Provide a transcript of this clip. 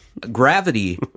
Gravity